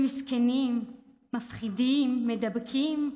הם מסכנים, מפחידים, מידבקים,